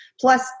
plus